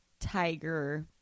tiger